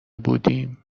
بودیم